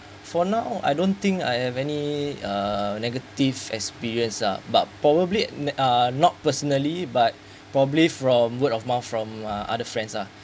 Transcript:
for now I don't think I have any uh negative experience uh but probably uh not personally but probably from word of mouth from uh other friends lah